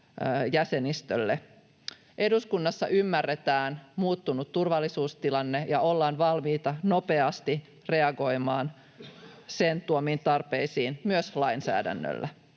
jäsenistölle. Eduskunnassa ymmärretään muuttunut turvallisuustilanne ja ollaan valmiita nopeasti reagoimaan sen tuomiin tarpeisiin myös lainsäädännölle.